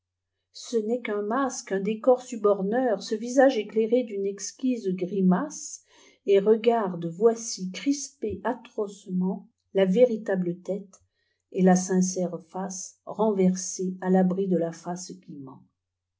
ce n'est qu'un masque un décor suborneur ce visage éclairé d'une exquise grimace et regarde voici crispée atrocement la véritable tête et la sincère facerenversée à l'abri de la face